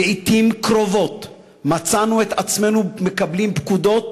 לעתים קרובות מצאנו את עצמנו מקבלים פקודות